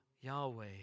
Yahweh